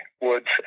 woods